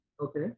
Okay